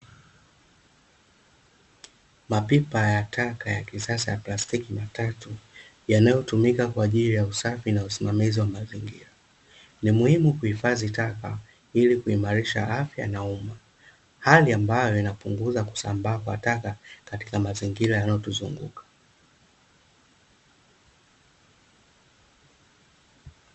Mapipa ya taka ya kisasa ya plastiki matatu, yanayotumika kwa ajili ya usafi na usimamizi wa mazingira. Ni muhimu kuhifadhi taka ili kuimarisha afya na uma hali ambayo inapunguza kusambaa kwa taka katika mazingira yanayotuzunguka.